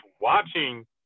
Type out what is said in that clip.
watching